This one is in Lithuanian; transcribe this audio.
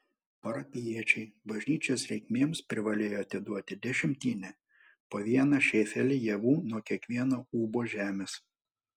parapijiečiai bažnyčios reikmėms privalėjo atiduoti dešimtinę po vieną šėfelį javų nuo kiekvieno ūbo žemės